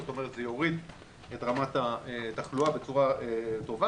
זאת אומרת שזה יוריד את רמת התחלואה בצורה טובה,